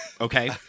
Okay